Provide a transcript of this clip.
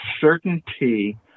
certainty